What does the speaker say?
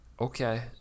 Okay